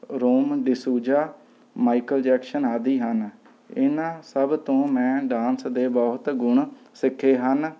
ਰੋਮ D'Souza Michael Jackson ਆਦਿ ਹਨ ਇਹਨਾਂ ਸਭ ਤੋਂ ਮੈਂ ਡਾਂਸ ਦੇ ਬਹੁਤ ਗੁਣ ਸਿੱਖੇ ਹਨ